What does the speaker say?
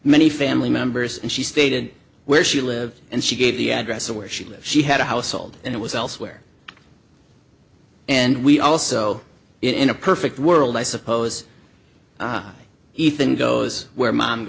many family members and she stated where she lived and she gave the address of where she lived she had a household and it was elsewhere and we also in a perfect world i suppose ethan goes where mom